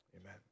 Amen